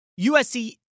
USC